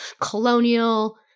colonial